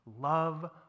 Love